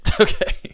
Okay